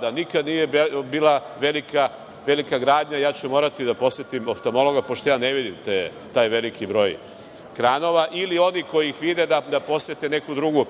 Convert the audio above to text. da nikad nije bila velika gradnja i ja ću morati da posetim oftamologa pošto ne vidim taj veliki broj kranova ili oni koji ih vide da posete neku drugu